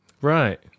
Right